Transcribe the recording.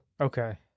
Okay